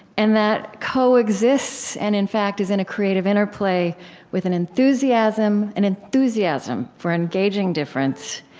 and that coexists and, in fact, is in a creative interplay with an enthusiasm, an enthusiasm for engaging difference.